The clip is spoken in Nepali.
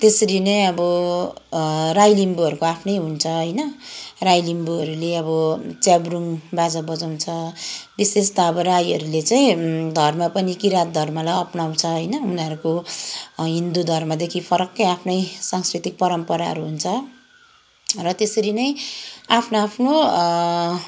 त्यसरी नै अब अँ राई लिम्बूहरूको आफ्नै हुन्छ होइन राई लिम्बूहरूले अब च्याब्रुङ बाजा बजाउँछ विशेष त अब राईहरूले चाहिँ धर्म पनि किरात धर्मलाई अपनाउँछ होइन उनीहरूको हिन्दु धर्मदेखि फरकै आफ्नै सांस्कृतिक परम्पराहरू हुन्छ र त्यसरी नै आफ्नो आफ्नो